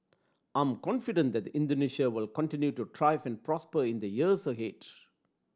I am confident that Indonesia will continue to thrive and prosper in the years ahead